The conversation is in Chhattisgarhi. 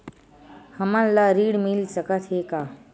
हमन ला ऋण मिल सकत हे का?